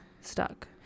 stuck